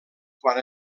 quan